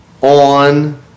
on